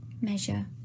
measure